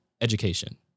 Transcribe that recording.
education